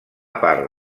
part